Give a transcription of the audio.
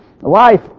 Life